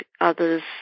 others